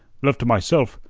left to myself,